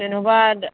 जेन'बा